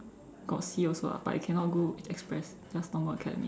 got C also lah but you cannot go express just normal academy